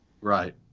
right